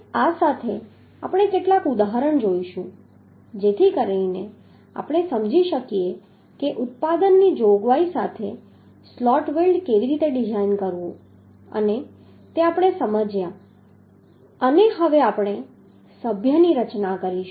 હવે આ સાથે આપણે કેટલાક ઉદાહરણ જોઈશું જેથી કરીને આપણે સમજી શકીએ કે ઉત્પાદનની જોગવાઈ સાથે સ્લોટ વેલ્ડ કેવી રીતે ડિઝાઇન કરવુ તે આપણે સમજ્યા અને હવે આપણે સભ્યની રચના કરીશું